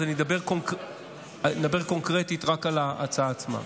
אז אני אדבר קונקרטית רק על ההצעה עצמה?